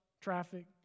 traffic